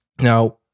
Now